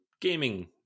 gaming